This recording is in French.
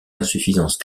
insuffisances